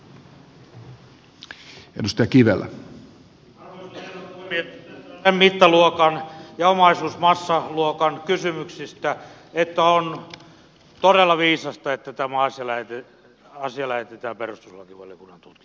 kyse on sen mittaluokan ja omaisuusmassaluokan kysymyksistä että on todella viisasta että tämä asia lähetetään perustuslakivaliokunnan tutkittavaksi